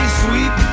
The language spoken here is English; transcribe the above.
sweep